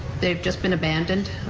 they've just been abandoned.